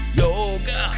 yoga